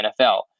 NFL